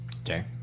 Okay